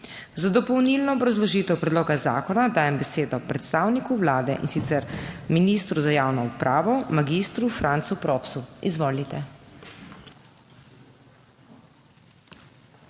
Za dopolnilno obrazložitev predloga zakona dajem besedo predstavniku Vlade, in sicer ministru za javno upravo, magistru Francu Propsu. Izvolite.